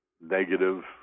negative